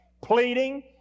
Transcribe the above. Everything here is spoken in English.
pleading